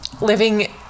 living